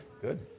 good